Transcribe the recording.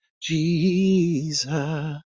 Jesus